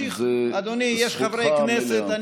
חבר הכנסת בנט,